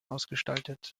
ausgestaltet